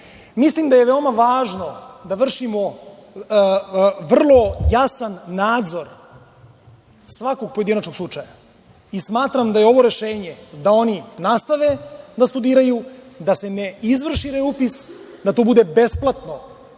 Mislim da je veoma važno da vršimo vrlo jasan nadzor svakog pojedinačnog slučaja. Smatram da je ovo rešenje da oni nastave da studiraju, da se ne izvrši reupis, da to bude besplatno